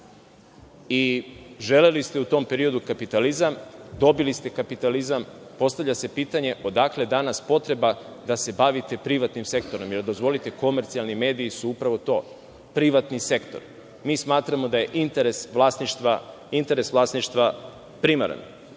i želeli ste i u tom periodu kapitalizam, dobili ste kapitalizam. Postavlja se pitanje – odakle danas potreba da se bavite privatnim sektorom? Dozvolite, komercijalni mediji su upravo to – privatni sektor. Mi smatramo da je interes vlasništva primaran. Takođe,